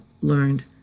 learned